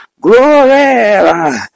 Glory